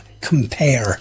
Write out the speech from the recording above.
compare